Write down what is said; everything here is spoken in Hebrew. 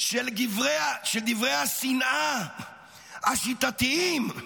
של דברי השנאה השיטתיים,